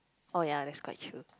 oh yea that's quite true